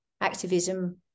activism